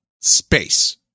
space